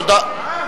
למה?